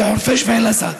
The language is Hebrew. חורפיש ואל-אסד,